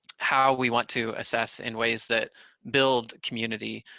how we want to assess in ways that build community,